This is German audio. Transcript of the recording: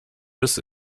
bis